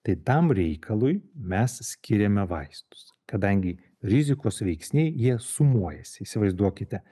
tai tam reikalui mes skiriame vaistus kadangi rizikos veiksniai jie sumuojasi įsivaizduokite